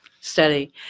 study